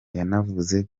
yanavuze